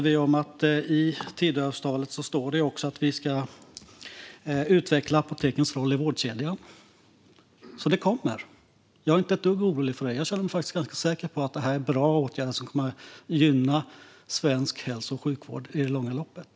I Tidöavtalet står det också att vi ska utveckla apotekens roll i vårdkedjan. Det kommer alltså. Jag är inte ett dugg orolig för det. Jag känner mig faktiskt ganska säker på att detta är bra åtgärder som kommer att gynna svensk hälso och sjukvård i det långa loppet.